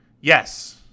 yes